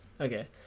Okay